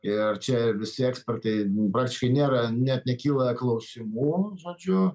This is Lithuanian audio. ir čia visi ekspertai praktiškai nėra net nekyla klausimų žodžiu